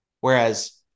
whereas